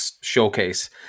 showcase